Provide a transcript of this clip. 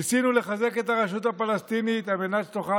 ניסינו לחזק את הרשות הפלסטינית על מנת שתוכל